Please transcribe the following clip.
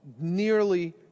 nearly